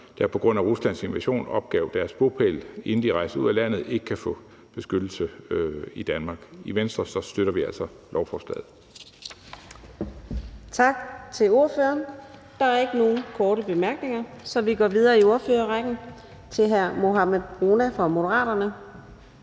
der på grund af Ruslands invasion opgav deres bopæl, inden de rejste ud af landet, ikke kan få beskyttelse i Danmark. I Venstre støtter vi altså lovforslaget.